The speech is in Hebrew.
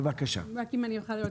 בבקשה, גברתי.